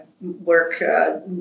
work